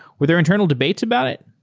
were their internal debates about it?